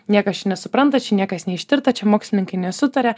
niekas čia nesupranta čia niekas neištirta čia mokslininkai nesutaria